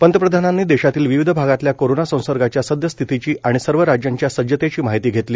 पंतप्रधानांनी देशातील विविध भागातल्या कोरोना संसर्गाच्या सद्यस्थितीची आणि सर्व राज्यांच्या सज्जतेची माहिती घेतली